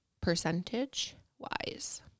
percentage-wise